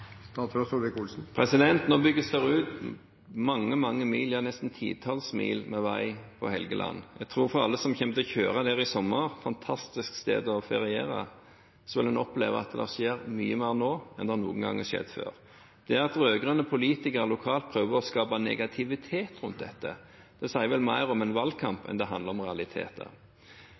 Nå bygges det ut mange, mange mil – ja, nesten titalls mil med vei på Helgeland. Jeg tror alle som kommer til å kjøre der i sommer – fantastisk sted å feriere – vil oppleve at det skjer mye mer nå enn det har skjedd noen gang før. Det at rød-grønne politikere lokalt prøver å skape negativitet rundt dette, sier vel mer om en valgkamp enn om realiteter.